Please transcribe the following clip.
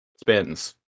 spins